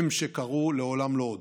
הם שקראו: לעולם לא עוד.